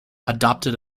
adopted